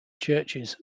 churches